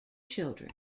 children